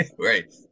right